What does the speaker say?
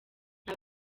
nta